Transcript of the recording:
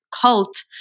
cult